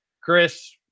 chris